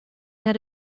had